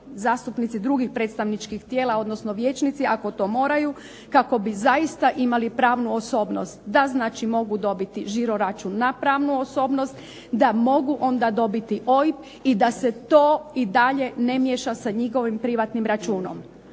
zastupnici drugih predstavničkih tijela odnosno vijećnici ako to moraju kako bi zaista imali pravnu osobnost da znači mogu dobiti žiro račun na pravnu osobnost, da mogu onda dobiti OIB i da se to i dalje ne miješa sa njihovim privatnim računom.